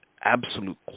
absolute